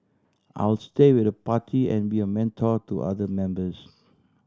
I'll stay with the party and be a mentor to other members